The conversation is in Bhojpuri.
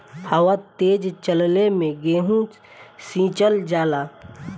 हवा तेज चलले मै गेहू सिचल जाला?